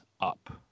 up